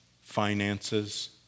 finances